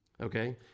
okay